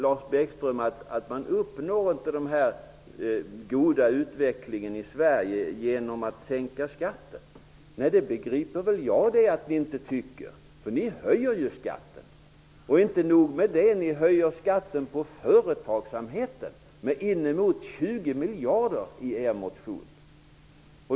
Lars Bäckström sade att man inte uppnår en god utveckling i Sverige genom att sänka skatten. Det begriper väl jag att ni inte tycker! Ni höjer ju skatten. Och inte nog med det -- ni vill höja skatten på företagsamheten med innemot 20 miljarder i er motion.